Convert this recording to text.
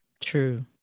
true